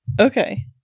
Okay